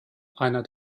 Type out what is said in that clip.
einer